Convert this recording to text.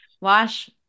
Wash